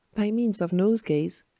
by means of nosegays,